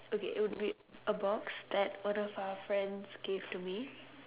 okay it would be a box that one of our friends give to me